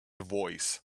voice